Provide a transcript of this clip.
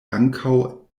ankaŭ